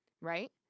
right